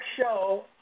show